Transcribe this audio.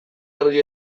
argi